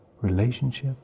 relationship